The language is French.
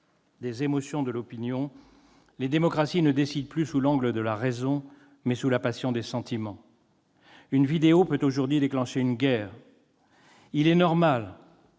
des émotions de l'opinion, les démocraties ne décident plus sous l'angle de la raison, mais sous la passion des sentiments. Une vidéo peut aujourd'hui déclencher une guerre. Il est normal,